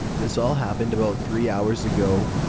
this all happened about three hours ago.